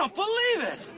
ah believe it!